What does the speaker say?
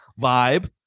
vibe